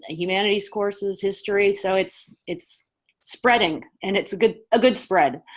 ah humanities courses, history so it's it's spreading and it's a good good spread.